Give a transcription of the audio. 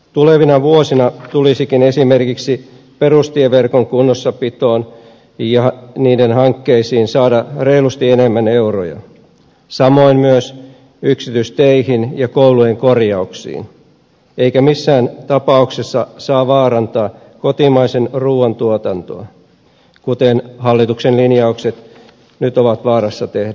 tulevina vuosina tulisikin esimerkiksi perustieverkon kunnossapidon hankkeisiin saada reilusti enemmän euroja samoin myös yksityisteihin ja koulujen korjauksiin eikä missään tapauksessa saa vaarantaa kotimaisen ruuan tuotantoa kuten hallituksen linjaukset nyt ovat vaarassa tehdä